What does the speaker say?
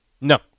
No